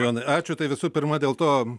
jonai ačiū tai visų pirma dėl to